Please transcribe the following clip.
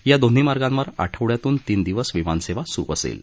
या दोन्ही मार्गांवर आठवड्यातून तीन दिवस विमानसेवा सुरू असेल